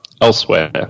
elsewhere